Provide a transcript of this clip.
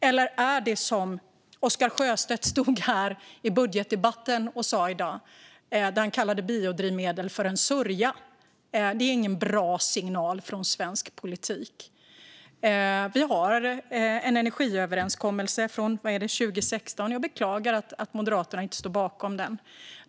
Eller gäller det som Oscar Sjöstedt stod och sa i budgetdebatten här i dag? Han kallade biodrivmedel för en sörja. Det är ingen bra signal från svensk politik. Vi har en energiöverenskommelse från 2016. Jag beklagar att Moderaterna inte står bakom den.